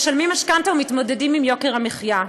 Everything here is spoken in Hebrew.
משלמים משכנתה ומתמודדים עם יוקר המחיה.